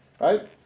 right